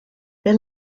they